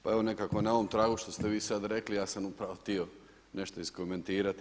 Pa evo nekako na ovom tragu što ste vi sada rekli ja sam upravo htio nešto iskomentirati.